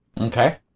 Okay